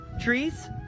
Trees